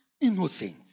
innocent